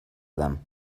them